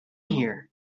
here